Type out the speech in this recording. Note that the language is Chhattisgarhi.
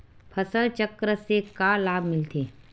फसल चक्र से का लाभ मिलथे?